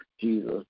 Jesus